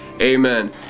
Amen